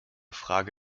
frage